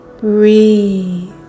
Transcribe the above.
Breathe